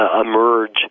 emerge